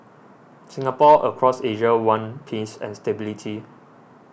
people across Asia want peace and stability